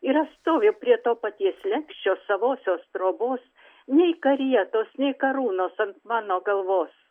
ir aš stoviu prie to paties slenksčio savosios trobos nei karietos nei karūnos ant mano galvos